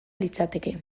litzateke